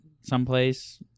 someplace